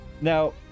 Now